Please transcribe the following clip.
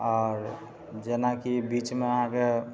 आओर जेनाकि बीचमे अहाँके